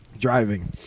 driving